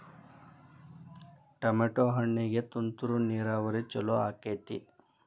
Tomato ಹಣ್ಣಿಗೆ ತುಂತುರು ನೇರಾವರಿ ಛಲೋ ಆಕ್ಕೆತಿ?